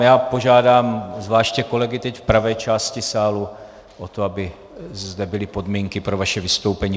Já požádám zvláště kolegy teď v pravé části sálu o to, aby zde vytvořili podmínky pro vaše vystoupení.